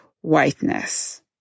whiteness